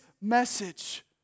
message